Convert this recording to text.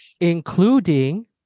Including